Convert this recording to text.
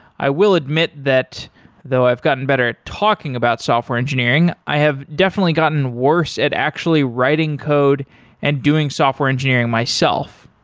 i will admit that though i've gotten better at talking about software engineering, i have definitely gotten worse at actually writing code and doing software engineering myself.